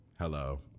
hello